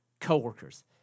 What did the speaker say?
coworkers